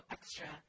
Extra